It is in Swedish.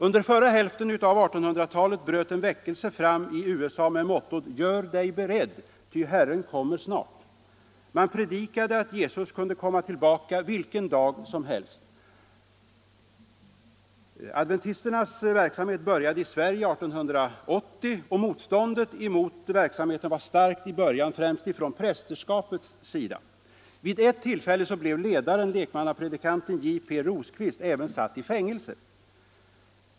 Under förra hälften av 1800-talet bröt en väckelse fram i USA med mottot: ”Gör dig beredd ty Herren kommer snart.” Man predikade att Jesus kunde komma tillbaka vilken dag som helst. Adventisternas verksamhet började i Sverige år 1880. Motståndet mot verksamheten var starkt i början, främst från prästerskapets sida. Vid ett tillfälle blev ledaren, lekmannapredikanten J. P. Rosquist, även satt i fängelse.